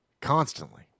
constantly